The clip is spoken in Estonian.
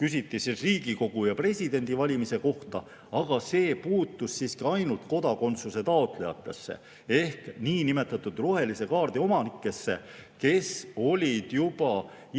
küsiti Riigikogu ja presidendi valimiste kohta, aga see puutus siiski ainult kodakondsuse taotlejatesse ehk niinimetatud rohelise kaardi omanikesse, kes olid juba